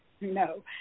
No